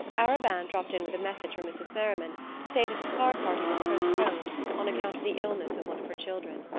arobin dropped in with a message from mrs. merriman, to say that the card party was postponed on account of the illness of one of her children.